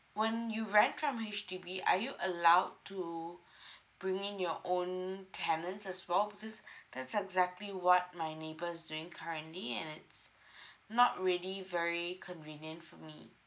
when you rent from H_D_B are you allowed to bringing your own tenants as well because that's exactly what my neighbour is doing currently and it's not really very convenient for me